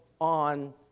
on